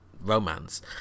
romance